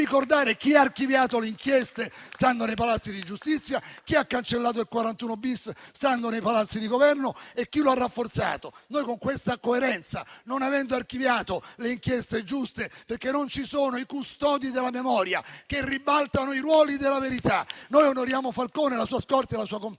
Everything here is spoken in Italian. ricordando chi ha archiviato le inchieste stando nei palazzi di giustizia, chi ha cancellato il 41-*bis* stando nei palazzi di Governo e chi lo ha rafforzato. Noi con questa coerenza, non avendo archiviato le inchieste giuste - non ci sono i custodi della memoria che ribaltano i ruoli della verità - onoriamo Falcone, la sua scorta e la sua compagna